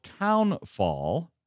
Townfall